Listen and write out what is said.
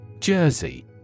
Jersey